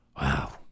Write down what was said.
Wow